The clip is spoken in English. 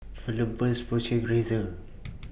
Olympus Porsche Razer